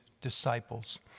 disciples